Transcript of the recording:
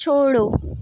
छोड़ो